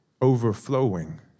overflowing